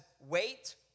wait